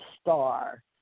star